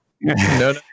no